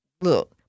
look